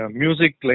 music